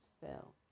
fell